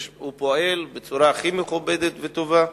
והוא פועל בצורה הכי מכובדת וטובה.